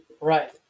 Right